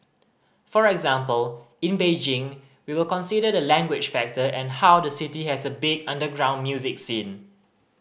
for example in Beijing we will consider the language factor and how the city has a big underground music scene